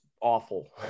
awful